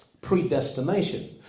Predestination